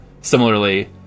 similarly